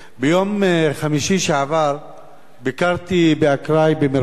ביום חמישי שעבר ביקרתי באקראי במרפאות